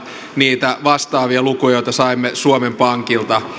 niitä vastaavia lukuja joita saimme suomen pankilta